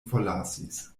forlasis